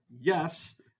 yes